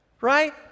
Right